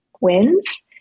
wins